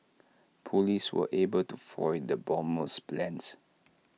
Police were able to foil the bomber's plans